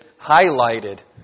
highlighted